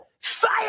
fire